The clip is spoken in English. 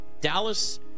Dallas